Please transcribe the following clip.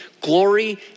glory